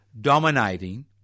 dominating